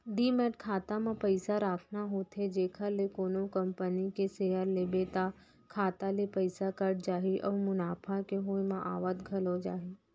demat खाता म पइसा राखना होथे जेखर ले कोनो कंपनी के सेयर लेबे त खाता ले पइसा कट जाही अउ मुनाफा के होय म आवत घलौ जाही